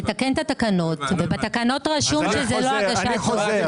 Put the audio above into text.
לתקן את התקנות ובתקנות רשום שזה לא הגשת דוח,